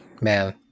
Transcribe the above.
man